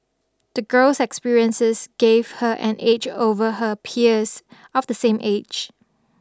the girl's experiences gave her an edge over her peers of the same age